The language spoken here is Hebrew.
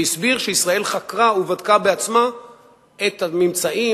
והסביר שישראל חקרה ובדקה בעצמה את הממצאים